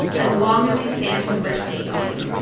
as long as they stand to enrich themselves.